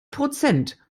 prozent